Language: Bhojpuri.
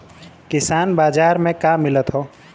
किसान बाजार मे का मिलत हव?